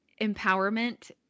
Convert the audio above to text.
empowerment